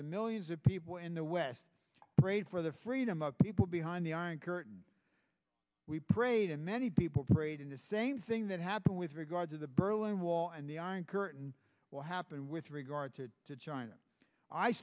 and millions of people in the west prayed for the freedom of people behind the iron curtain we prayed and many people prayed in the same thing that happened with regard to the berlin wall and the iron curtain will happen with regard to the china i